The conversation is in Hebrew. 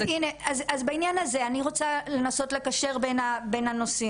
אז בענין הזה אני רוצה לנסות לקשר בין הנושאים.